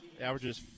averages